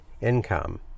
income